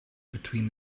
between